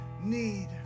need